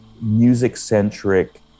music-centric